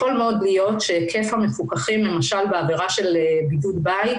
יכול מאוד להיות שהיקף המפוקחים למשל בעבירה של בידוד בית